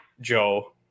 joe